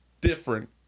different